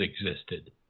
existed